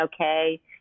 okay